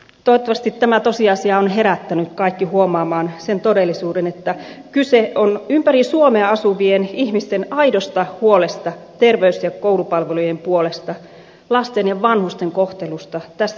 toivottavasti tämä tosiasia on herättänyt kaikki huomaamaan sen todellisuuden että kyse on ympäri suomea asuvien ihmisten aidosta huolesta terveys ja koulupalvelujen puolesta lasten ja vanhusten kohtelusta tässä yhteiskunnassa